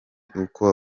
uko